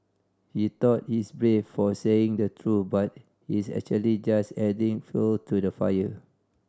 he thought he's brave for saying the truth but he's actually just adding fuel to the fire